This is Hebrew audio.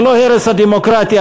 זה לא הרס הדמוקרטיה.